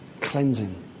cleansing